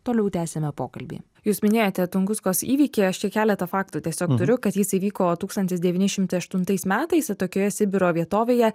toliau tęsiame pokalbį jūs minėjote tunguskos įvykį aš čia keletą faktų tiesiog turiu kad jis įvyko tūkstantis devyni šimtai aštuntais metais atokioje sibiro vietovėje